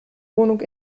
wohnung